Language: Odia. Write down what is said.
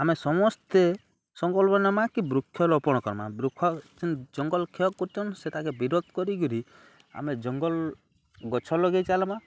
ଆମେ ସମସ୍ତେ ସଂକଳ୍ପ ନେମା କି ବୃକ୍ଷ ଲୋପଣ କରମା ବୃକ୍ଷ ଯେ ଜଙ୍ଗଲ କ୍ଷୟ କରୁଚନ୍ ସେଟେ ବିରୋଧ କରିକିରି ଆମେ ଜଙ୍ଗଲ ଗଛ ଲଗେଇ ଚାଲମା